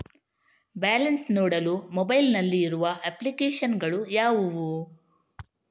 Balance ನೋಡಲು mobile ನಲ್ಲಿ ಇರುವ ಅಪ್ಲಿಕೇಶನ್ ಗಳು ಯಾವುವು?